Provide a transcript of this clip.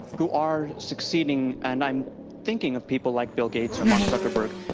who are succeeding. and i'm thinking of people like bill gates or mark zuckerberg,